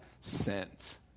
sent